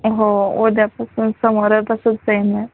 हो उद्यापासून समोर आहे तसं सेम आहे